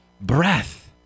breath